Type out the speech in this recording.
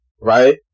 Right